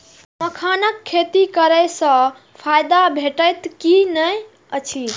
मखानक खेती करे स फायदा भेटत की नै अछि?